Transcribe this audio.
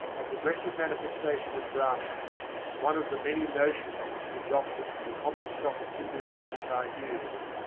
a progressive manifestation of brahma one of the many notions which he adopted from the common stock of hindu religious ideas,